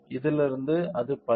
இதிலிருந்து அது 10